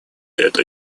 это